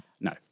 No